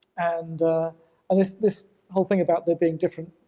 and um this this whole thing about there being different